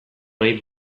nahi